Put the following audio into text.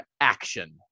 action